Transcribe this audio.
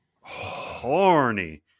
Horny